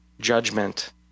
judgment